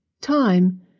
time